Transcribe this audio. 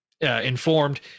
informed